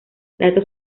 datos